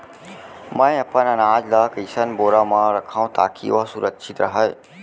मैं अपन अनाज ला कइसन बोरा म रखव ताकी ओहा सुरक्षित राहय?